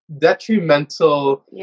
detrimental